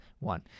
One